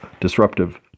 disruptive